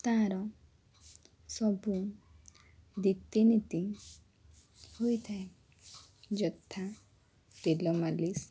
ତାହାର ସବୁ ରୀତିନୀତି ହୋଇଥାଏ ଯଥା ତେଲ ମାଲିସ୍